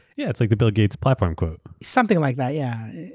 yeah. it's like the bill gates' platform quote. something like that, yeah.